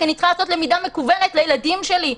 כי אני צריכה לעשות למידה מקוונת לילדים שלי,